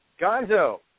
Gonzo